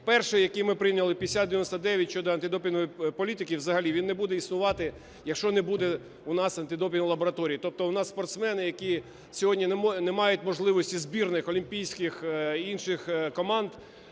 перший, який ми прийняли, 5099, щодо антидопінгової політики взагалі, він не буде існувати, якщо не буде в нас антидопінгової лабораторії. Тобто у нас спортсмени, які сьогодні не мають можливості, збірних, олімпійських і інших команд,